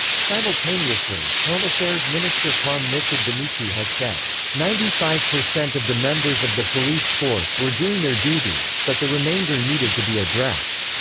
simultaneously, home affairs minister carm mifsud bonnici has said ninety five percent of the members of the police force were doing their duties, but the remainder needed to be addressed,